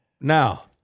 Now